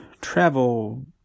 travel